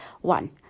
one